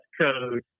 code